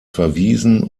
verwiesen